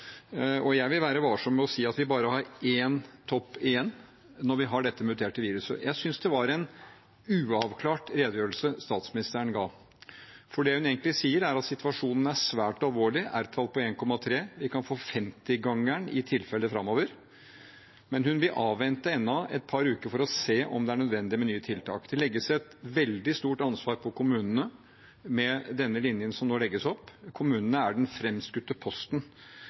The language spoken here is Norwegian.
Jeg vil være varsom med å si at vi bare har én topp igjen når vi har dette muterte viruset. Jeg syns det var en uavklart redegjørelse statsministeren ga, for det hun egentlig sier, er at situasjonen er svært alvorlig – R-tall på 1,3, vi kan få 50-gangen i tilfeller framover – men hun vil avvente enda et par uker for å se om det er nødvendig med nye tiltak. Det legges et veldig stort ansvar på kommunene med denne linjen som nå legges opp. Kommunene er den framskutte posten